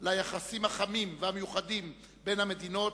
ליחסים החמים והמיוחדים בין המדינות,